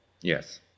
Yes